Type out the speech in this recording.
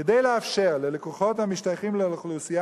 כדי לאפשר ללקוחות המשתייכים לאוכלוסייה